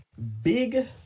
Big